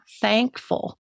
thankful